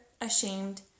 ashamed